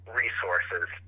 resources